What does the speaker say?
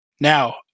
now